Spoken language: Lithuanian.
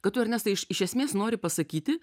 kad tu ernestai iš iš esmės nori pasakyti